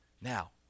Now